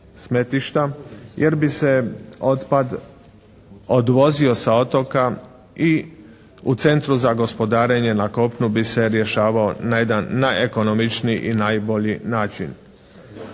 smetlišta jer bi se otpad odvozio sa otoka i u Centru za gospodarenje na kopnu bi se rješavao na jedan najekonomičniji i najbolji način.